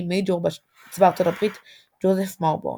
מייג'ור צבא ארצות הברית ג'וזף מאובורן.